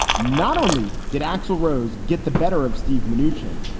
not only did axl rose get the better of steve manoogian,